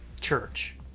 Church